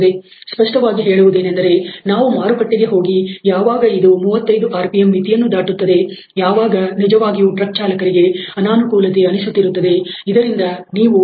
ಹೆಚ್ಚಿನ ಪ್ರಕರಣಗಳಲ್ಲಿ ಸ್ಪಷ್ಟವಾಗಿ ಹೇಳುವುದೇನೆಂದರೆ ಎಲ್ಲಿ ಇದು 35 ಆರ್ ಪಿಎಂ ಮಿತಿಯನ್ನು ದಾಟುತ್ತದೆ ಎಲ್ಲಿ ನಿಜವಾಗಿಯೂ ಟ್ರಕ್ ಚಾಲಕರಿಗೆ ಅನಾನುಕೂಲತೆಯನ್ನು ಮಾಡುತ್ತದೆಯೋ ಅಂತಹ ಮಾರುಕಟ್ಟೆಗೆ ನಾವು ಹೋಗಬೇಕು